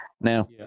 Now